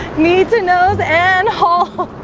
need to know the and whole